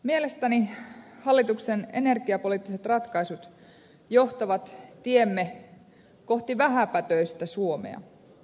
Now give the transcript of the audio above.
mielestäni hallituksen energiapoliittiset ratkaisut johtavat tiemme kohti vähäpäästöistä suomea